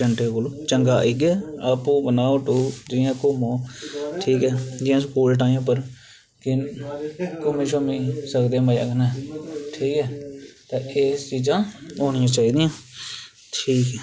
giant होए चंगा इ'यै आपूं बनाओ टूर आपूं घूमों जि'यां स्कूल टाइम उप्पर घुम्मी शुम्मी सकदेओ मजे कन्नै ठीक ऐ एह् चिजां होनियां चाहिद आं